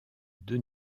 deux